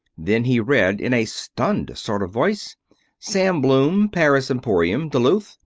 then he read in a stunned sort of voice sam bloom, paris emporium, duluth.